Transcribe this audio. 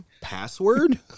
Password